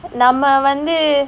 நம்ம வந்து:namma vanthu